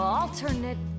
alternate